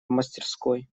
мастерской